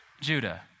Judah